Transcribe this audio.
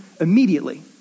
immediately